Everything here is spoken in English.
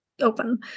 open